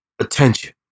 attention